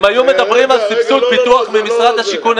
אם היו מדברים על סבסוד פיתוח ממשרד הפנים,